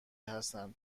هستند